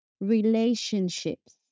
relationships